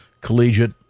collegiate